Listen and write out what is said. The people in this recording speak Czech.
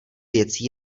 věcí